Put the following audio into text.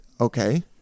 okay